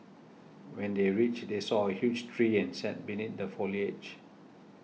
when they reached they saw a huge tree and sat beneath the foliage